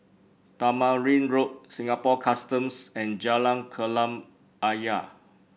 Tamarind Road Singapore Customs and Jalan Kolam Ayer